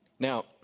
Now